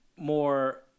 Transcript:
More